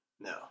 No